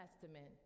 testament